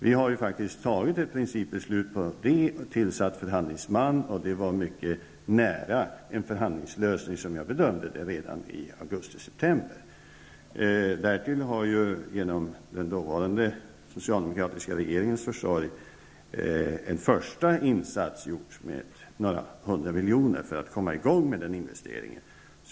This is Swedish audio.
Vi har faktiskt fattat ett principbeslut om det, tillsatt en förhandlingsman. En förhandlingslösning var mycket nära, som jag bedömde det, redan i augusti september. Därtill har genom den dåvarande socialdemokratiska regeringens försorj en första insats gjorts med några hundra miljoner för att komma i gång med den investeringen.